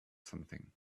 something